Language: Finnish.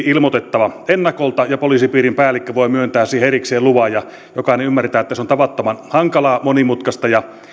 ilmoitettava ennakolta ja poliisipiirin päällikkö voi myöntää siihen erikseen luvan jokainen ymmärtää että se on tavattoman hankalaa monimutkaista ja